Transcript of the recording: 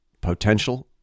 potential